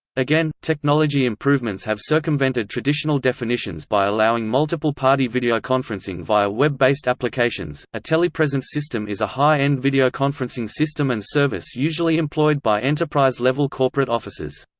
again, technology improvements have circumvented traditional definitions by allowing multiple party videoconferencing via web-based applications a telepresence system is a high-end videoconferencing system and service usually employed by enterprise-level corporate offices.